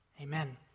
Amen